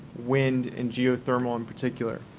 wind, and geothermal in particular.